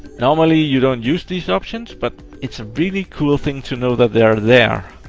normally, you don't use these options, but it's a really cool thing to know that they are there,